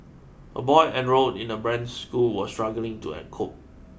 a boy enrolled in a branded school was struggling to an cope